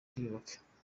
twiyubaka